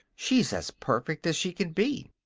she's as perfect as she can be.